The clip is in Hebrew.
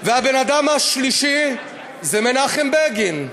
הבן-אדם השלישי זה מנחם בגין.